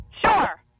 Sure